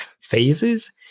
phases